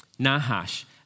Nahash